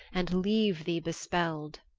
and leave thee bespelled.